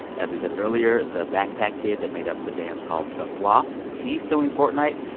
as we said earlier, the backpack kid that made up the dance called the floss, he's suing fortnite.